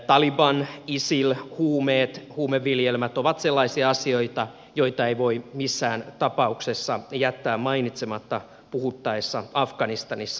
taliban isil huumeet huumeviljelmät ovat sellaisia asioita joita ei voi missään tapauksessa jättää mainitsematta puhuttaessa afganistanista